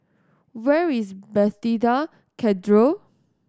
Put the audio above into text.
where is Bethesda Cathedral